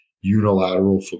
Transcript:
unilateral